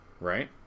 right